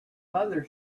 mother